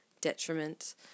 detriment